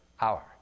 hour